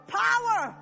power